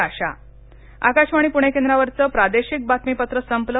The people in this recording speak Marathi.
आकाशवाणी पुणे केंद्रावरचं प्रादेशिक बातमीपत्र संपलं